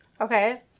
Okay